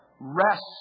Rest